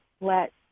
let